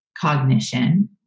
cognition